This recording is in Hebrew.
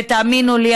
ותאמינו לי,